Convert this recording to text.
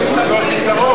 אני מבקש למצוא פתרון.